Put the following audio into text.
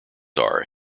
are